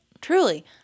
truly